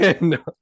No